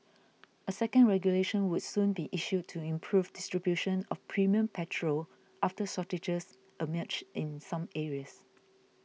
a second regulation would soon be issued to improve distribution of premium petrol after shortages emerged in some areas